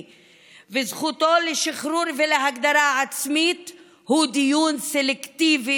וזכותו לשחרור ולהגדרה עצמית הוא דיון סלקטיבי,